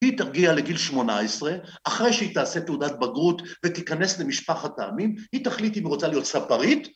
‫היא תגיע לגיל 18, ‫אחרי שהיא תעשה תעודת בגרות ‫ותיכנס למשפחת העמים, ‫היא תחליט אם היא רוצה להיות ספרית.